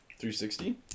360